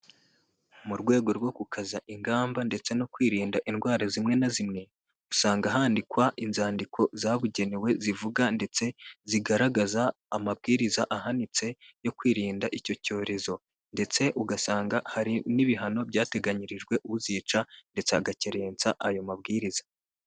Mu rwego rwo gukaza ingamba ndetse no kwirinda indwara zimwe na zimwe, usanga handikwa inzandiko zabugenewe zivuga ndetse zigaragaza amabwiriza ahanitse yo kwirinda icyo cyorezo ndetse ugasanga hari n'ibihano byateganyirijwe uzica ndetse agakerensa ayo mabwiriza.